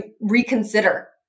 reconsider